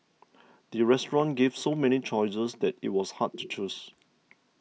the restaurant gave so many choices that it was hard to choose